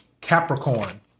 Capricorn